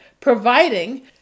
providing